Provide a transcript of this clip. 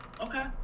Okay